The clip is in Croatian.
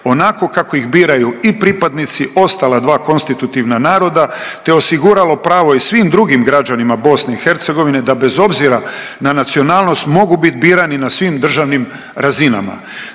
onako kako ih biraju i pripadnici ostala dva konstitutivna naroda te osiguralo pravo i svim drugim građanima Bosne i Hercegovine da bez obzira na nacionalnost mogu biti birani na svim državnim razinama.